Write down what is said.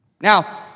Now